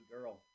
girl